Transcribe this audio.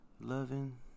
loving